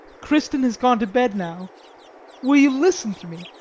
kristin has gone to bed now will you listen to me